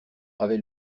avait